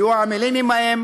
יהיו עמלים עמהם